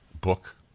book